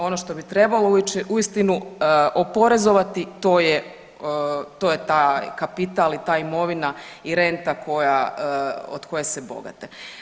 Ono što bi trebalo uistinu oporezovati to je taj kapital i ta imovina i renta od koje se bogate.